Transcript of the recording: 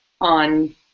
on